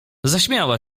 zaśmiała